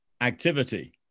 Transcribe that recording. activity